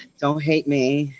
don't hate me,